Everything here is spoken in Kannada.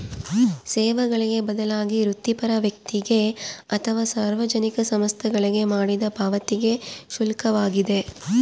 ಸೇವೆಗಳಿಗೆ ಬದಲಾಗಿ ವೃತ್ತಿಪರ ವ್ಯಕ್ತಿಗೆ ಅಥವಾ ಸಾರ್ವಜನಿಕ ಸಂಸ್ಥೆಗಳಿಗೆ ಮಾಡಿದ ಪಾವತಿಗೆ ಶುಲ್ಕವಾಗಿದೆ